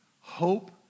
Hope